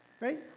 right